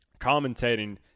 commentating